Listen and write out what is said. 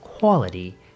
quality